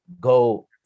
go